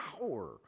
power